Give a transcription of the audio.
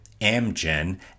Amgen